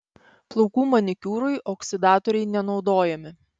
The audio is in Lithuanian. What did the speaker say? plaukų manikiūrui oksidatoriai nenaudojami